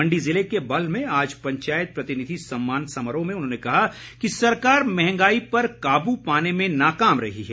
मंडी ज़िले के बल्ह में आज पंचायत प्रतिनिधि सम्मान समारोह में उन्होंने कहा कि सरकार महंगाई पर काबू पाने में नाकाम रही है